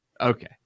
Okay